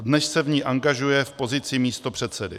Dnes se v ní angažuje v pozici místopředsedy.